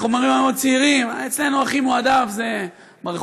איך אומרים היום הצעירים אצלנו הכי מועדף זה מריחואנה,